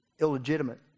Illegitimate